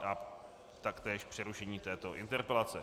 A taktéž přerušení této interpelace.